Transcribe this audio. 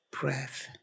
breath